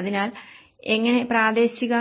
അതിനാൽ എങ്ങനെ പ്രാദേശിക